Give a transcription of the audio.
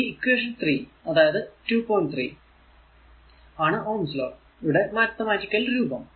3 ആണ് ohm's law ohm 's law യുടെ mathematical രൂപം